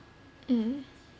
um